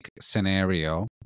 scenario